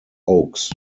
oaks